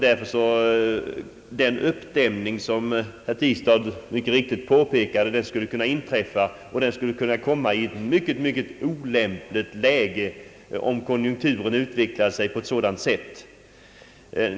Den uppdämning som herr Tistad påpekade skulle därför mycket riktigt kunna inträffa. Och den skulle kunna inträffa i ett mycket olämpligt läge om konjunkturen utvecklade sig på ett sådant sätt.